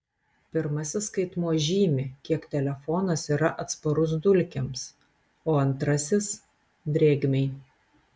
pirmasis skaitmuo žymi kiek telefonas yra atsparus dulkėms o antrasis drėgmei